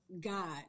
God